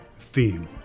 theme